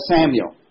Samuel